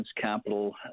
capital